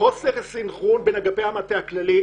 חוסר סנכרון בין אגפי המטה הכללי,